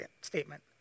statement